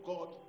God